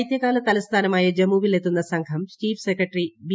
ശൈത്യകാല തലസ്ഥാനമായ ജമ്മുവിൽ എത്തുന്ന സംഘം ചീഫ് സെക്രട്ടറി ബി